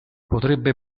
potrebbe